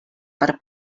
per